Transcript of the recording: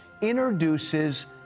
introduces